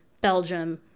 Belgium